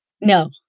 No